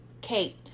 Kate